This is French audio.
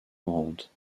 mourante